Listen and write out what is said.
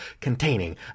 containing